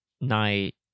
Night